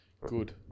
Good